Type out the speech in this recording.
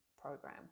program